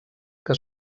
que